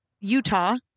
Utah